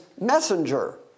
messenger